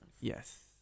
Yes